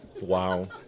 Wow